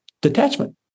detachment